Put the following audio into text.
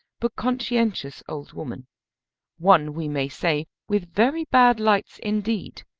but conscientious old woman one, we may say, with very bad lights indeed,